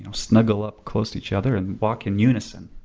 snuggle up close to each other and walk in unison.